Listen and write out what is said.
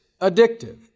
addictive